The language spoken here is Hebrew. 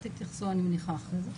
תתייחסו אני מניחה אחרי זה.